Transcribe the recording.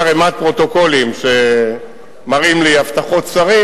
ערימת פרוטוקולים שמראים לי הבטחות שרים.